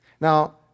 Now